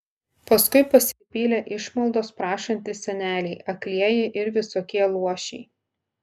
paskui pasipylė išmaldos prašantys seneliai aklieji ir visokie luošiai